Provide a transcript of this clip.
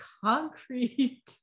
concrete